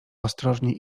ostrożnie